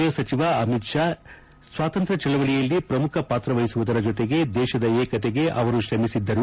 ಗೃಹ ಸಚಿವ ಅಮಿತ್ ಷಾ ಸ್ವಾತಂತ್ರ್ಯ ಚಳವಳಿಯಲ್ಲಿ ಪ್ರಮುಖ ಪಾತ್ರ ವಹಿಸುವುರ ಜೊತೆಗೆ ದೇಶದ ಏಕತೆಗೆ ಅವರು ಶ್ರಮಿಸಿದ್ದರು